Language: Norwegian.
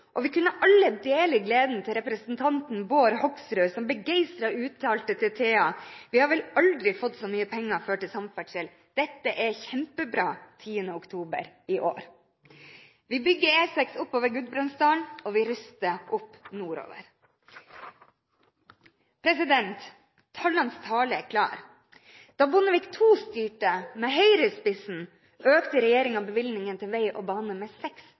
vi alle kunne dele gleden til representanten Bård Hoksrud som begeistret uttalte til TA 10. oktober i år: «Vi har vel aldri fått så mye penger før til samferdsel. Dette er kjempebra.» Vi bygger E6 oppover Gudbrandsdalen, og vi ruster opp nordover. Tallenes tale er klar: Da Bondevik II styrte – med Høyre i spissen – økte regjeringen bevilgningen til vei og bane med